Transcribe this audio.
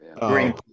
Green